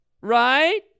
right